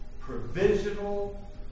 provisional